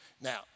Now